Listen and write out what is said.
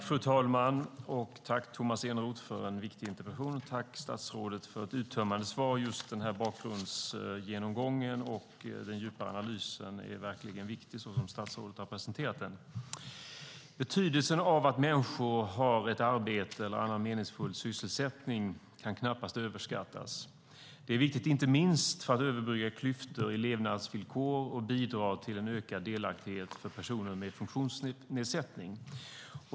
Fru talman! Jag tackar Tomas Eneroth för en viktig interpellation och statsrådet för ett uttömmande svar. Den bakgrundsgenomgång och den djupa analys som statsrådet har presenterat är verkligen viktiga. Betydelsen av att människor har ett arbete eller annan meningsfull sysselsättning kan knappast överskattas. Det är inte minst viktigt för att överbrygga klyftor i levnadsvillkor och bidra till en ökad delaktighet för personer med funktionsnedsättning.